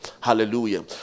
Hallelujah